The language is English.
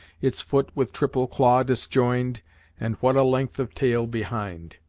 its foot, with triple claw disjoined and what a length of tail behind